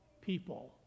people